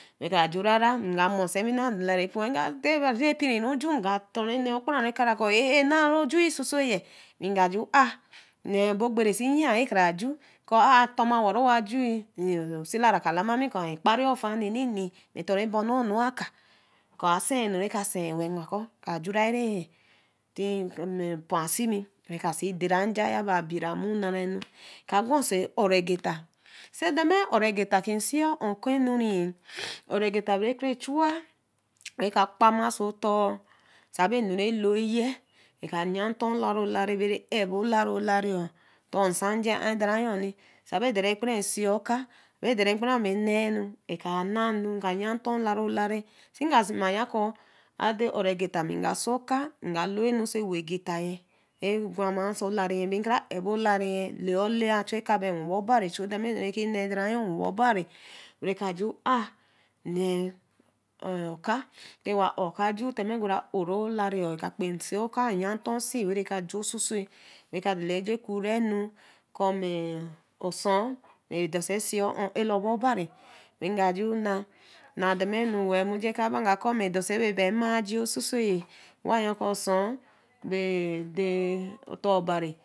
Wɛ kra juu-ɛh nga nsewini dala ɛpor we nga te re pii ju nga tou-ɛh enee okporo-ɛh eka-ɛh a’ naa ro juu sosoyi webnga ju aa’ sivbo ogbere si yii ser kra ju kɔ̃ a’ ah toma wo re wa juu osila-a ka lama mi kɔ̃ ayi kpara ofaa neerina ma tou-u ɛbana onua aka kɔ̃ asii enu reke a sii wel we nga kɔ̃ ka ju-ɛh tii ma ɛpo asimi we ka si deera nja yaba bira mu naranu ɛka gwa oso o'ro gita ser dema o'ro gita ke sii oh keehuu o'go gita bre ke chua we ka kpama oso otor sa be ɛnu reloi-ɛh reka ya ntor olariolari be ɛbo olari-ɛh otor nsa nji-ah dere yorɛh sa be derivre kpara ɛsi oka sa be dere rekpera be ɛnaa nu ka naanu kga ya ntoh olari olari sa ma kɔ̃ ade o'ro gita nga si oka nga loi enu so ero gita yee re baama so lari be gra ebo olri laiolai we ka chu kaba webo bari demanu reke ke naa dera yo-ɛh wo bo bari we ka ju ah nee oka tii rewa ah oka ju ju tima a-'o’ ro lari reka kpenwe si oka we ka yaa ntor si we ka ju so so we ka dela be juu kruenu kɔ̃ ma osoi redose ɛsi ow ols ɛbo bari we ka ju naa demenu wel mmoji aka baa aga kɔ̃ ma dosi be bi ɛmaa ji sisoi-ɛh owa yah kɔ̃ soi be ade otor obamii